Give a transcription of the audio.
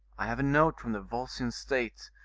i have a note from the volscian state,